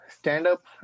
Stand-up